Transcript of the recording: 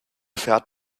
fährt